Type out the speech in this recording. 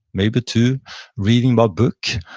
maybe two reading my book.